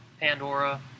Pandora